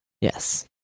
Yes